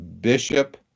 Bishop